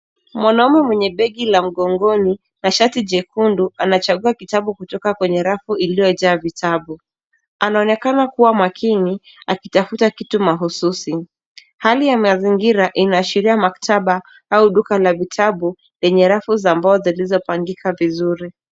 Mwanaume mwenye begi la mgongoni na shati chekundu, anachagua kitabu kutoka kwenye rafu iliojaa vitabu. Anaonekana kuwa makini akitafuta kitu mahususi. Hali ya mazingira inaasheria maktaba au duka la vitabu penye rafu za mbao zilipangika vizuri.